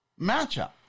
matchup